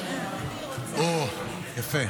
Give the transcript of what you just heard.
יפה.